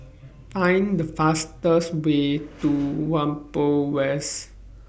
Find The fastest Way to Whampoa West